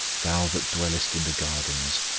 thou that dwellest in the gardens,